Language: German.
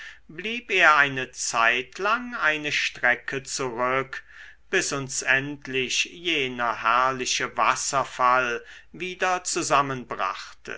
blieb er eine zeitlang eine strecke zurück bis uns endlich jener herrliche wasserfall wieder zusammenbrachte